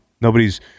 Nobody's